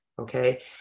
Okay